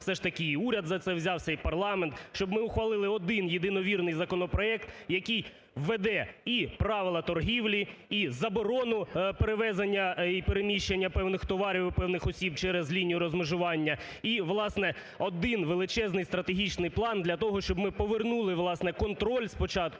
все ж таки і уряд за це взявся, і парламент, щоб ми ухвалили один єдиновірний законопроект, який введе і правила торгівлі, і заборону перевезення і переміщення певних товарів і певних осіб через лінію розмежування, і, власне, один величезний стратегічний план для того, щоб ми повернули, власне, контроль спочатку,